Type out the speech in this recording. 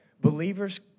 Believers